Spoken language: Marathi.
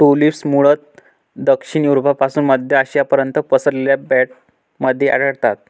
ट्यूलिप्स मूळतः दक्षिण युरोपपासून मध्य आशियापर्यंत पसरलेल्या बँडमध्ये आढळतात